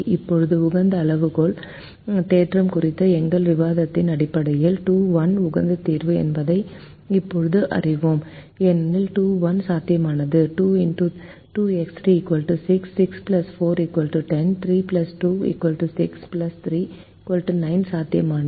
இப்போது உகந்த அளவுகோல் தேற்றம் குறித்த எங்கள் விவாதத்தின் அடிப்படையில் 21 உகந்த தீர்வு என்பதை இப்போது அறிவோம் ஏனெனில் 21 சாத்தியமானது 2 X 3 6 6 4 10 3 2 6 3 9 சாத்தியமானது